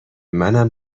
منم